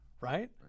right